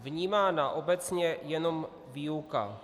Vnímána je obecně jenom výuka.